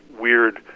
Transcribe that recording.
weird